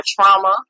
trauma